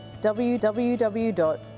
www